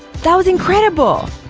that was incredible!